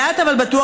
לאט אבל בטוח,